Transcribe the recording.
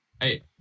Hey